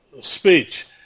speech